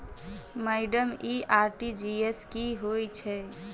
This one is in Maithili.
माइडम इ आर.टी.जी.एस की होइ छैय?